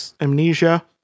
amnesia